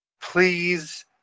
please